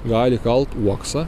gali kalt uoksą